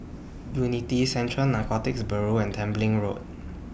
Unity Central Narcotics Bureau and Tembeling Road